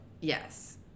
Yes